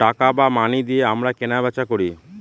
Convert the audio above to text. টাকা বা মানি দিয়ে আমরা কেনা বেচা করি